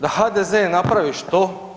Da HDZ napravi što?